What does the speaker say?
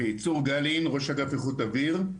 צור גלין, ראש אגף איכות אוויר.